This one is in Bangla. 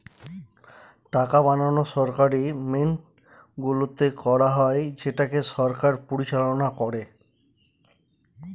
টাকা বানানো সরকারি মিন্টগুলোতে করা হয় যেটাকে সরকার পরিচালনা করে